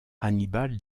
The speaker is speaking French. hannibal